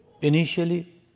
Initially